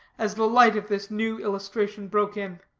as the light of this new illustration broke in,